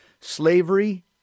slavery